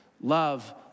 Love